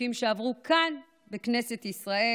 בחוקים שעברו כאן, בכנסת ישראל.